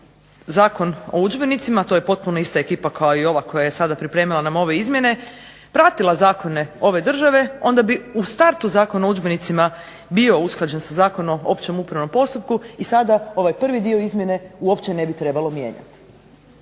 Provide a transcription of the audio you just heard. Zakon o udžbenicima, to je potpuno ista ekipa koja je sada pripremala nam ove izmjene, pratila zakone ove države, onda bi u startu Zakon o udžbenicima bio usklađen sa Zakonom o općem upravnom postupku i sada ovaj prvi dio izmjene uopće ne bi trebalo mijenjati.